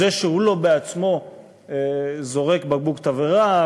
זה שלא הוא עצמו זורק בקבוק תבערה,